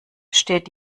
steht